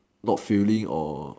not failing or